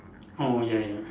orh ya ya